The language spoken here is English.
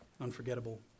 unforgettable